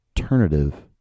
alternative